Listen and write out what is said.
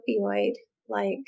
opioid-like